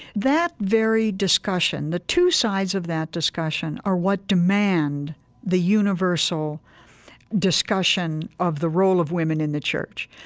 that very discussion the two sides of that discussion are what demand the universal discussion of the role of women in the church.